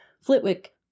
Flitwick